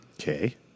Okay